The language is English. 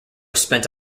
spent